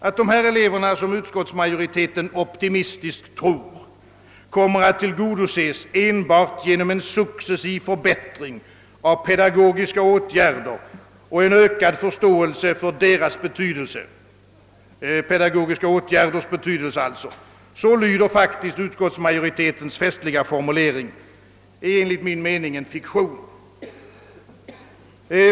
Att ifrågavarande elever, som utskottsmajoriteten optimistiskt tror, kommer att tillgodoses enbart genom en successiv förbättring av pedagogiska åtgärder och en ökad förståelse för deras betydelse — så lyder faktiskt utskottsmajoritetens festliga formulering — är enligt min mening en fiktion.